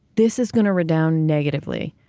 this is going to redound negatively,